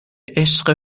عشق